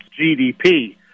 GDP